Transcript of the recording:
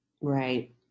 Right